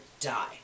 die